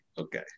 okay